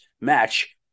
match